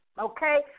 Okay